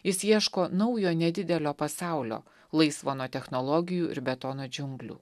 jis ieško naujo nedidelio pasaulio laisvo nuo technologijų ir betono džiunglių